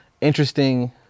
interesting